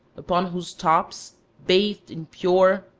upon whose tops, bathed in pure,